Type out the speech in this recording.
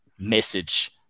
message